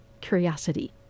curiosity